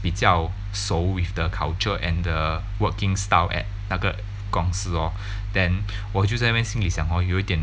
比较熟 with the culture and the working style at 那个公司 lor then 我就在那边心里想 hor 有一点